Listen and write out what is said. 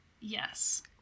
yes